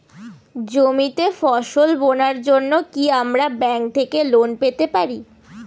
জমিতে ফসল বোনার জন্য কি আমরা ব্যঙ্ক থেকে লোন পেতে পারি?